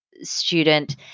student